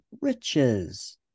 riches